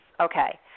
Okay